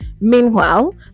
Meanwhile